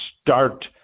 start